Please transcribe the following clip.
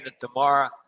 tomorrow